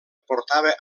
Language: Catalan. portava